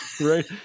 Right